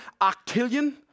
octillion